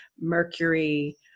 Mercury